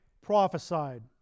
prophesied